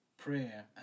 Prayer